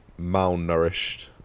malnourished